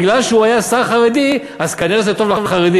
בגלל שהוא היה שר חרדי אז כנראה זה טוב לחרדים.